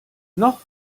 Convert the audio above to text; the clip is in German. noch